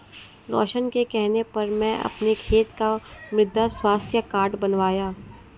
रोशन के कहने पर मैं अपने खेत का मृदा स्वास्थ्य कार्ड बनवाया